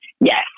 Yes